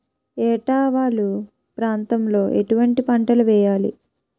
ఏటా వాలు ప్రాంతం లో ఎటువంటి పంటలు వేయాలి?